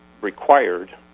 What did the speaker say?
Required